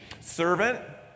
servant